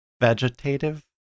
vegetative